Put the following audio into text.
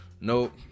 Nope